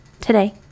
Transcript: today